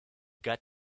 got